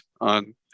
on